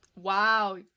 Wow